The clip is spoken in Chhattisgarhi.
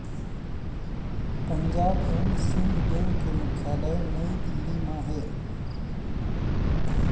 पंजाब एंड सिंध बेंक के मुख्यालय नई दिल्ली म हे